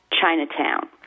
Chinatown